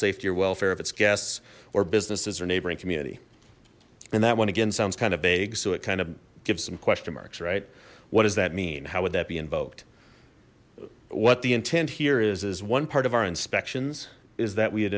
safety or welfare of its guests or businesses or neighboring community and that one again sounds kind of vague so it kind of gives some question marks right what does that mean how would that be invoked what the intent here is is one part of our inspections is that we had